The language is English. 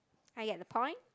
I get the point